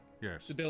Yes